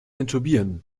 intubieren